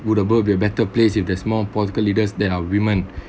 would the world be a better place if there's more political leaders that are women